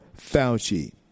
Fauci